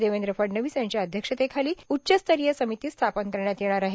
देवेंद्र फडणवीस यांच्या अध्यक्षतेखाली उच्चस्तरीय समिती स्थापन करण्यात येणार आहे